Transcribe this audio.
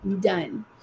Done